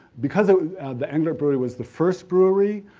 because ah the englert brewery was the first brewery,